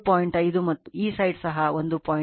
5 ಮತ್ತು ಈ ಸೈಡ್ ಸಹ 1